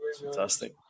Fantastic